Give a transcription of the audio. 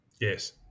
Yes